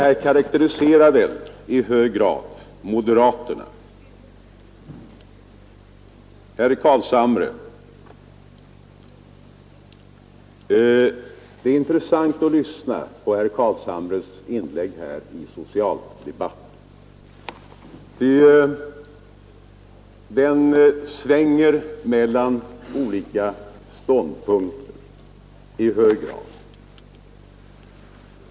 Detta karakteriserar i hög grad moderaternas inställning. Det är intressant att lyssna på herr Carlshamres inlägg här i socialdebatten. Uppfattningarna svänger i hög grad mellan olika ståndpunkter.